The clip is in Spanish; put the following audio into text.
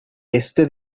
este